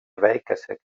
väikeseks